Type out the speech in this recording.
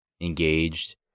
engaged